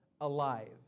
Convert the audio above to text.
alive